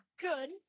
good